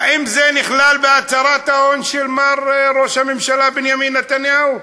האם זה נכלל בהצהרת ההון של מר ראש הממשלה בנימין נתניהו?